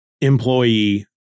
employee